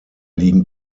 liegen